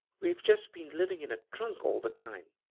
we've just been living in a trunk all the time.